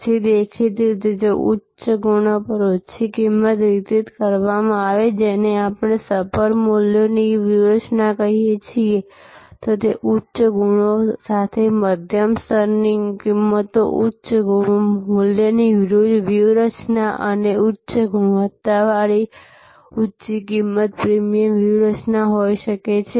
પછીદેખીતી રીતે જો ઉચ્ચ ગુણો પર ઓછી કિંમતે વિતરિત કરવામાં આવે જેને આપણે સપર મૂલ્યોની વ્યૂહરચના કહી શકીએ તો ઉચ્ચ ગુણો સાથે મધ્યમ સ્તરની કિંમતો ઉચ્ચ મૂલ્યની વ્યૂહરચના અને ઉચ્ચ ગુણવત્તાવાળી ઊંચી કિંમત પ્રીમિયમ વ્યૂહરચના હોઈ શકે છે